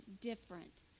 different